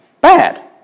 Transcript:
bad